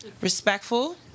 Respectful